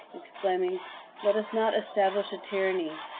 exclaiming let us not establish a tyranny.